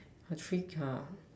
a treat ah